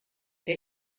der